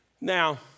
Now